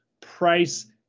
price